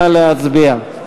נא להצביע.